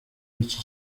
iki